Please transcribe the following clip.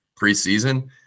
preseason